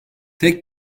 tek